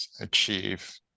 achieve